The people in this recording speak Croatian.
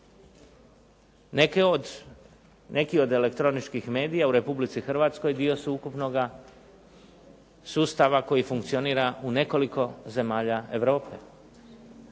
Neki od elektroničkih medija u Republici Hrvatskoj dio su ukupnoga sustava koji funkcionira u nekoliko zemalja Europe.